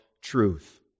Truth